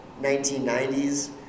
1990s